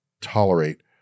tolerate